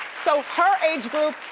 so her age group,